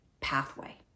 pathway